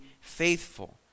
faithful